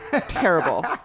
Terrible